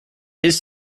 his